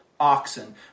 oxen